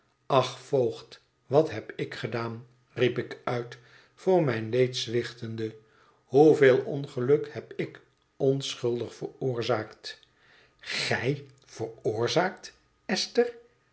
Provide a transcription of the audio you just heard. ach voogd wat heb ik gedaan riep ik uit voor mijn leed zwichtende hoeveel ongeluk heb ik onschuldig veroorzaakt i gij veroorzaakt esther